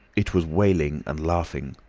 it was wailing and laughing,